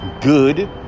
good